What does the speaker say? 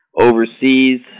Overseas